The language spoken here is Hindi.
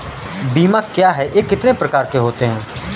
बीमा क्या है यह कितने प्रकार के होते हैं?